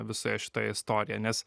visoje šitoje istorijo nes